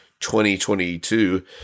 2022